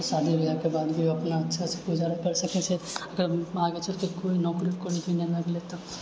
शादी बिआहके बाद भी अपना अच्छा से गुजारा कर सकैत छै ओकर आगे चलिके कोइ नौकरी उकरी नहि लागलै तऽ